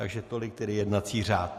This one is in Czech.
Takže tolik tedy jednací řád.